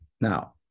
Now